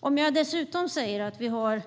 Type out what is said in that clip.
Jag kan dessutom säga att vi har